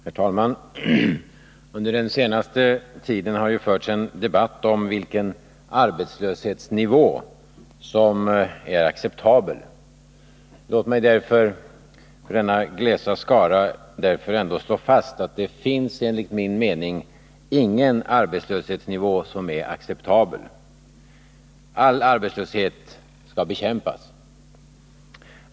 Herr talman! Under den senaste tiden har förts en debatt om vilken arbetslöshetsnivå som är acceptabel. Låt mig därför inför denna glesa skara med en gång slå fast: det finns ingen arbetslöshetsnivå som är acceptabel. All arbetslöshet skall bekämpas.